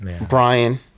Brian